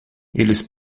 eles